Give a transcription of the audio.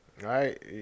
Right